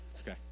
okay